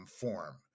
form